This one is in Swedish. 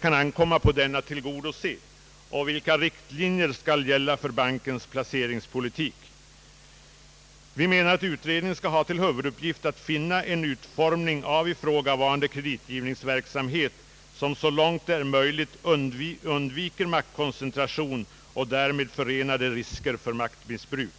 kan ankomma på den att tillgodose, och vilka riktlinjer skall gälla för bankens placeringspolitik? Vi menar att utredningen skall ha till huvuduppgift att finna en utformning av ifrågavarande kreditgivningsverksamhet som så långt det är möjligt undviker maktkoncentration och därmed förenade risker för maktmissbruk.